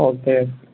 okay